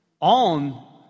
on